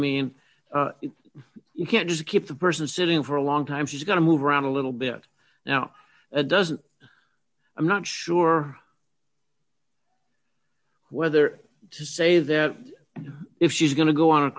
mean you can't just keep the person sitting for a long time she's going to move around a little bit now doesn't i'm not sure whether to say that if she's going to go on a